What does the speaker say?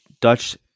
Dutch